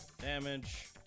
damage